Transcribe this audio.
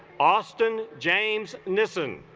austin james nissen